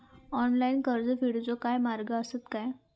Online कर्ज फेडूचे काय मार्ग आसत काय?